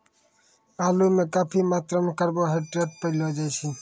आलू म काफी मात्रा म कार्बोहाइड्रेट पयलो जाय छै